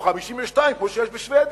או 52%, כמו שיש בשבדיה